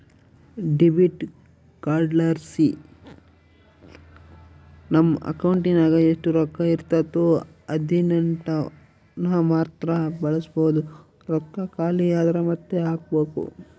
debit ಕಾರ್ಡ್ಲಾಸಿ ನಮ್ ಅಕೌಂಟಿನಾಗ ಎಷ್ಟು ರೊಕ್ಕ ಇರ್ತತೋ ಅದೀಟನ್ನಮಾತ್ರ ಬಳಸ್ಬೋದು, ರೊಕ್ಕ ಖಾಲಿ ಆದ್ರ ಮಾತ್ತೆ ಹಾಕ್ಬಕು